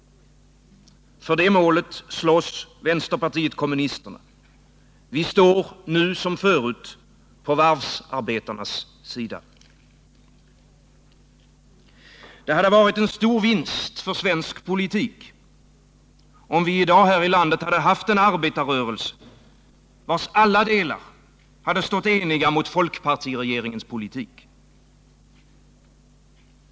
För det målet slåss vänsterpartiet kommunisterna. Vi står, nu som förut, på varvsarbetarnas sida. Det hade varit en stor vinst för svensk politik, om vi i dag här i landet haft en arbetarrörelse, vars alla delar stått eniga mot folkpartiregeringens politik.